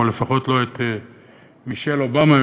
או לפחות לא את מישל אובמה,